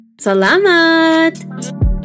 Salamat